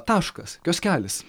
taškas kioskelis